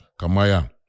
Kamaya